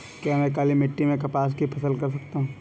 क्या मैं काली मिट्टी में कपास की फसल कर सकता हूँ?